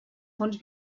fons